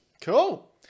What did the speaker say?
Cool